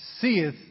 seeth